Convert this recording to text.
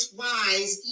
wise